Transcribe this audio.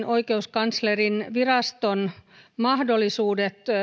oikeuskanslerinviraston mahdollisuudet